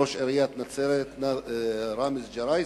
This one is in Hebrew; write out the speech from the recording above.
ראש עיריית נצרת ראמז ג'ראיסי,